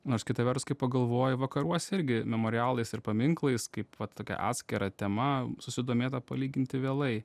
nors kita vertus kai pagalvoji vakaruose irgi memorialais ir paminklais kaip va tokia atskira tema susidomėta palyginti vėlai